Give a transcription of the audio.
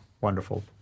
Wonderful